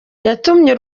yatumye